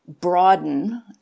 broaden